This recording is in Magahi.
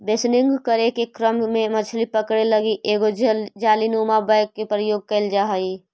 बेसनिंग करे के क्रम में मछली पकड़े लगी एगो जालीनुमा बैग के प्रयोग कैल जा हइ